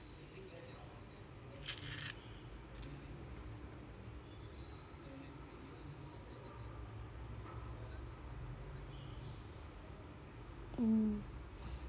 mm